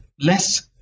less